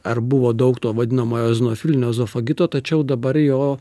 ar buvo daug to vadinamojo eozinofilinio ezofagito tačiau dabar jo